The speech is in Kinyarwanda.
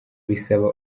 bisaba